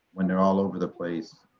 when they're all over the place,